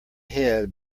head